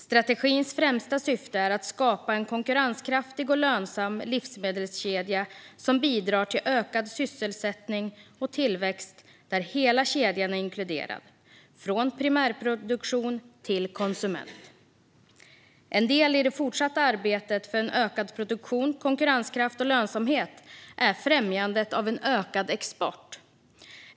Strategins främsta syfte är att skapa en konkurrenskraftig och lönsam livsmedelskedja som bidrar till ökad sysselsättning och tillväxt och där hela kedjan är inkluderad, från primärproduktion till konsument. En del i det fortsatta arbetet för ökad produktion, konkurrenskraft och lönsamhet är främjandet av en ökad export.